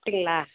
அப்படிங்களா